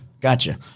Gotcha